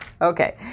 Okay